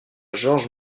george